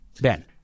Ben